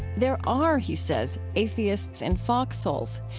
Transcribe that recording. there are, he says, atheists in foxholes.